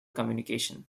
communication